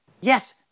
yes